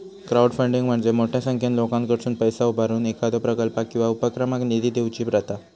crowdfunding म्हणजे मोठ्यो संख्येन लोकांकडसुन पैसा उभारून एखाद्यो प्रकल्पाक किंवा उपक्रमाक निधी देऊची प्रथा